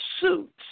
suits